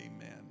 Amen